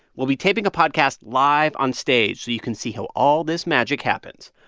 we'll be taping a podcast live on stage so you can see how all this magic happens.